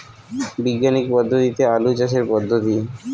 বিজ্ঞানিক পদ্ধতিতে আলু চাষের পদ্ধতি?